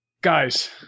Guys